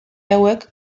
hauek